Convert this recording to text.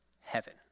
heaven